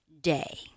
day